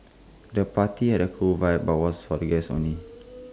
the party had A cool vibe but was for the guests only